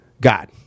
God